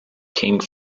king